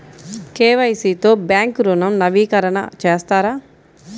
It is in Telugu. కే.వై.సి తో బ్యాంక్ ఋణం నవీకరణ చేస్తారా?